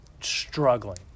struggling